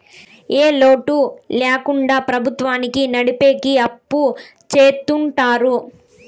ఏ లోటు ల్యాకుండా ప్రభుత్వాన్ని నడిపెకి అప్పు చెత్తుంటారు